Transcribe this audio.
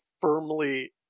firmly